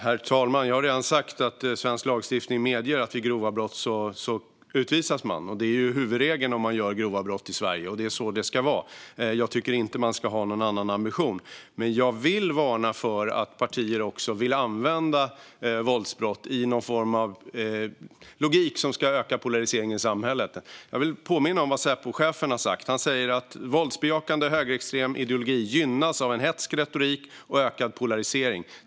Herr talman! Jag har redan sagt att svensk lagstiftning medger att man vid grova brott utvisas. Det är huvudregeln om man begår grova brott i Sverige, och så ska det vara. Jag tycker inte att man ska ha någon annan ambition. Jag vill dock varna partier för att i någon form av logik använda våldsbrott för att öka polariseringen i samhället. Jag vill påminna om vad Säpochefen har sagt: Våldsbejakande högerextrem ideologi gynnas av en hätsk retorik och ökad polarisering.